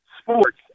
sports